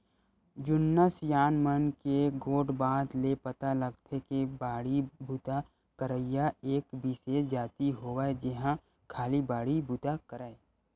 जुन्ना सियान मन के गोठ बात ले पता लगथे के बाड़ी बूता करइया एक बिसेस जाति होवय जेहा खाली बाड़ी बुता करय